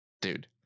Dude